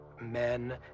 men